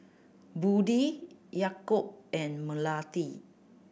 Budi Yaakob and Melati